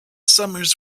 summers